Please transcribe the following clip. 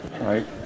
Right